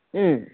उम्